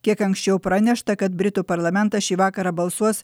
kiek anksčiau pranešta kad britų parlamentas šį vakarą balsuos